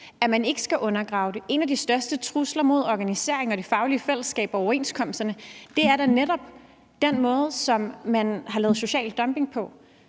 at man ikke skal undergrave dem. En af de største trusler mod organisering, det faglige fællesskab og overenskomsterne er da netop den måde, som man har lavet social dumping på,